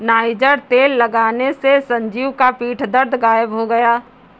niger तेल लगाने से संजीव का पीठ दर्द गायब हो गया